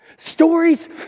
Stories